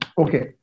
okay